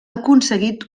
aconseguit